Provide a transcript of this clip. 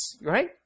right